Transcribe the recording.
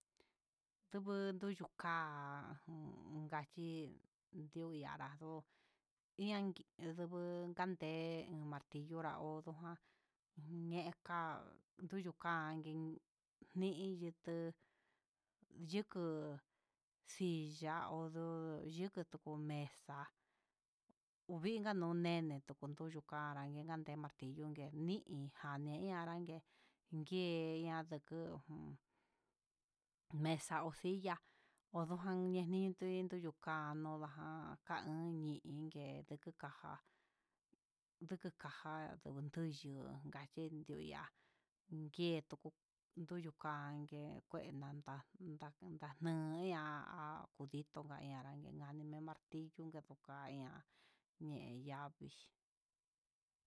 Tungu yuku ka'á inka kii ndu yaka yuu, ian kuu kande iin martillo nian na onrio já mekan yudukani ni iin yutu yuku silla ho yuku duku mesa uvinka nu nene, nduyuu nduku ka'a kani nande tillo nre ni'í, nanen ndague ngue ña'a ndakuu mesa ho silla odujen ne ñiten nduyu kano najan ka iin ñe inke ndeku ka'a já nduku kaja nduyuu, inka chino ya'á inketu nruyu ka'a ngue nguenata nda ndaneya há ndito ña'a ndakeno martillo ndekuka ya'a vixhi.